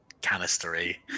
canister-y